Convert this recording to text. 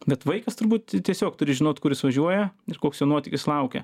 bet vaikas turbūt tiesiog turi žinot kur jis važiuoja ir koks jo nuotykis laukia